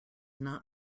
not